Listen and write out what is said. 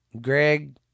Greg